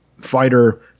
fighter